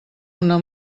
una